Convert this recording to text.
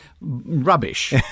Rubbish